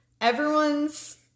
everyone's